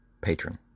patron